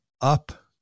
up